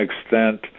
extent